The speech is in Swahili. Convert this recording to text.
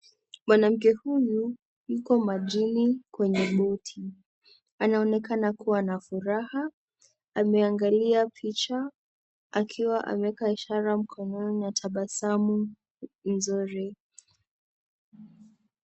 Mwanamke huyu yuko majini kwenye boat anaonekana kuwa na furaha .Akiangalia picha akiwa ameweka ishara mkononi na tabasamu nzuri.